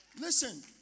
Listen